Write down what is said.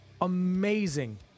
amazing